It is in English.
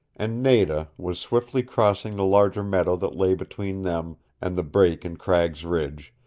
and nada was swiftly crossing the larger meadow that lay between them and the break in cragg's ridge,